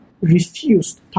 refused